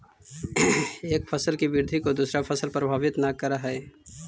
एक फसल की वृद्धि को दूसरा फसल प्रभावित न करअ हई